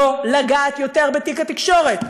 לא לגעת יותר בתיק התקשורת.